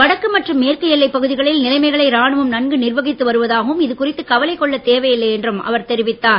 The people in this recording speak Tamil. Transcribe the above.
வடக்கு மற்றும் மேற்கு எல்லை பகுதிகளில் நிலைமைகளை ராணுவம் நன்கு நிர்வகித்து வருவதாகவும் இது குறித்து கவலைக் கொள்ள தேவையில்லை என்றும் அவர் தெரிவித்தார்